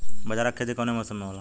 बाजरा के खेती कवना मौसम मे होला?